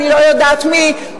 אני לא יודעת מי,